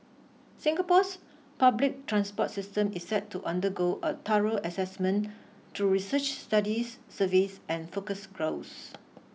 Singapore's public transport system is set to undergo a thorough assessment through research studies surveys and focus groups